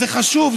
זה חשוב,